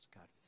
God